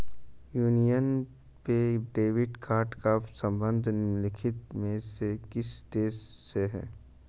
Union पे debit card का संबंध निम्नलिखित में से किस देश से है?